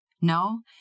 No